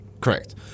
Correct